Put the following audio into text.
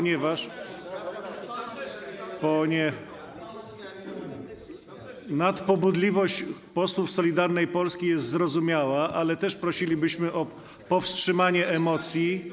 Nadpobudliwość posłów Solidarnej Polski jest zrozumiała, ale też prosilibyśmy o powstrzymanie emocji.